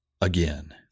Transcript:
again